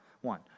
one